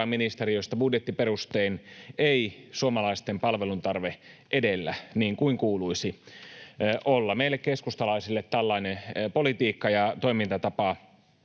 valtiovarainministeriöstä budjettiperustein — ei suomalaisten palveluntarve edellä, niin kuin kuuluisi olla. Meille keskustalaisille tällainen politiikka ja toimintatapa